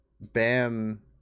Bam